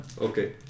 Okay